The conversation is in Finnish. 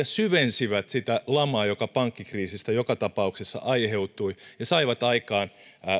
syvensivät sitä lamaa joka pankkikriisistä joka tapauksessa aiheutui ja saivat aikaan